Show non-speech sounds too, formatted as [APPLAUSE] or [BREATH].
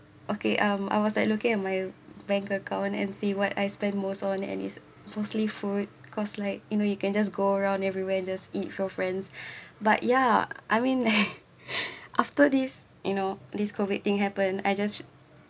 okay um I was like looking on my bank account and see what I spend most on it and it's mostly food cause like you know you can just go around everywhere just eat for friends [BREATH] but ya I mean like [LAUGHS] after this you know this COVID thing happen I just